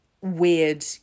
weird